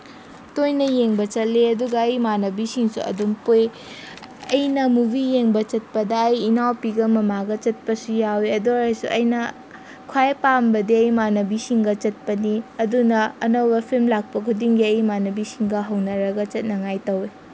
ꯇꯣꯏꯅ ꯌꯦꯡꯕ ꯆꯠꯂꯦ ꯑꯗꯨꯒ ꯑꯩ ꯏꯃꯥꯟꯅꯕꯤꯁꯤꯡꯁꯨ ꯑꯗꯨꯝ ꯄꯨꯏ ꯑꯩꯅ ꯃꯨꯚꯤ ꯌꯦꯡꯕ ꯆꯠꯄꯗ ꯑꯩ ꯏꯅꯥꯎꯄꯤꯒ ꯃꯃꯥꯒ ꯆꯠꯄꯁꯨ ꯌꯥꯎꯋꯤ ꯑꯗꯨ ꯑꯣꯏꯔꯁꯨ ꯑꯩꯅ ꯈ꯭ꯋꯥꯏ ꯄꯥꯝꯕꯗꯤ ꯏꯃꯥꯟꯅꯕꯤꯁꯤꯡꯒ ꯆꯠꯄꯅꯤ ꯑꯗꯨꯅ ꯑꯅꯧꯕ ꯐꯤꯜꯝ ꯂꯥꯛꯄ ꯈꯨꯗꯤꯡꯒꯤ ꯑꯩ ꯏꯃꯥꯟꯅꯕꯤꯁꯤꯡꯒ ꯍꯧꯅꯔꯒ ꯆꯠꯅꯉꯥꯏ ꯇꯧꯋꯤ